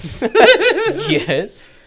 yes